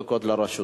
שלוש דקות לרשותך,